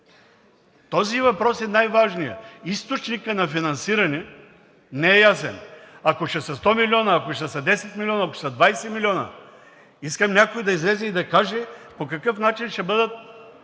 Този въпрос е най-важният. Източникът на финансиране не е ясен. Ако ще са 100 милиона, ако ще са 10 милиона, ако ще са 20 милиона. Искам някой да излезе и да каже по какъв начин ще бъдат